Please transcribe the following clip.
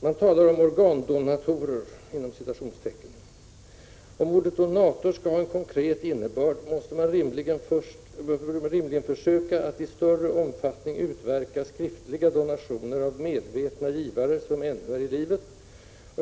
Man talar om ”organdonatorer”. Om ordet donator skall ha en konkret innebörd, måste man rimligen försöka att i större omfattning utverka skriftliga donationer av medvetna givare, som ännu är i livet.